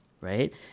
Right